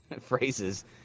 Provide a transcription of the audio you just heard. Phrases